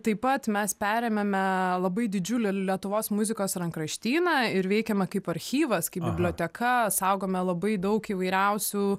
taip pat mes perėmėme labai didžiulį lietuvos muzikos rankraštyną ir veikiame kaip archyvas biblioteka saugome labai daug įvairiausių